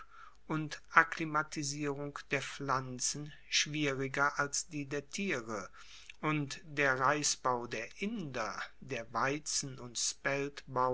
und akklimatisierung der pflanzen schwieriger als die der tiere und der reisbau der inder der weizen und